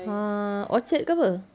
err orchard ke apa